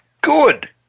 Good